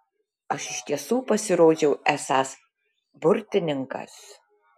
aš iš tiesų pasirodžiau esąs burtininkas